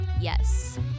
yes